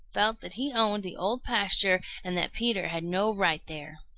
felt that he owned the old pasture and that peter had no right there.